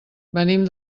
venim